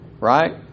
right